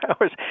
hours